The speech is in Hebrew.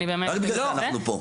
רק בגלל זה אנחנו פה.